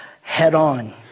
head-on